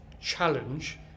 challenge